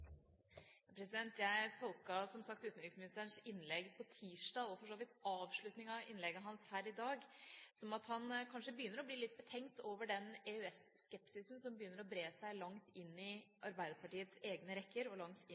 Jeg tolket som sagt utenriksministerens redegjørelse på tirsdag og for så vidt avslutningen av innlegget hans her i dag som at han kanskje begynner å bli litt betenkt over den EØS-skepsisen som begynner å bre seg langt inn i Arbeiderpartiets egne rekker og langt inn